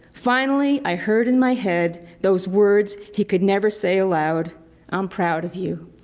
finally, i heard in my head, those words he could never say aloud i'm proud of you.